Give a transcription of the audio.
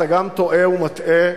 אתה גם טועה ומטעה,